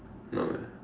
no man